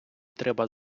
треба